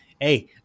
hey